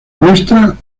muestra